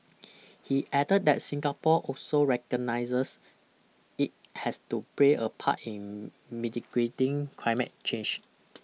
he added that Singapore also recognises it has to play a part in mitigating climate change